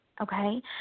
Okay